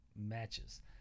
matches